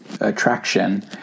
attraction